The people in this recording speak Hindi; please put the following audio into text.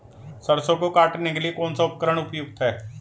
सरसों को काटने के लिये कौन सा उपकरण उपयुक्त है?